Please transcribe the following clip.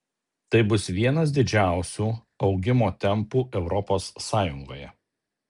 tai bus vienas didžiausių augimo tempų europos sąjungoje